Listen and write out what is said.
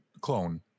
clone